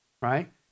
Right